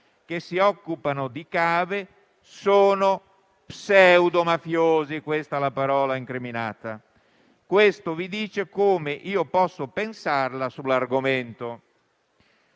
che si occupano di cave sono pseudo mafiosi - è questa la parola incriminata - questo vi dice come io posso pensarla sull'argomento».